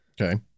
Okay